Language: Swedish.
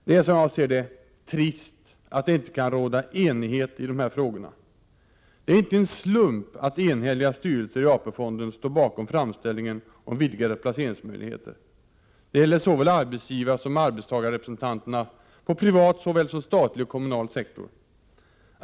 Det är trist att det inte kan råda enighet i de här frågorna. Det är inte en slump att enhälliga styrelser i AP-fonden står bakom framställningen om vidgade placeringsmöjligheter. Det gäller såväl arbetsgivarsom arbetstagarrepresentanterna på privat såväl som statlig och kommunal sektor.